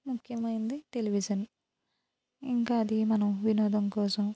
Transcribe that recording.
ముఖ్యమైంది టెలివిజన్ ఇంక అది మనం వినోదం కోసం